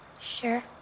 Sure